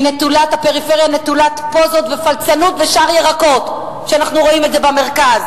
הפריפריה היא נטולת פוזות ופלצנות ושאר ירקות שאנחנו רואים במרכז.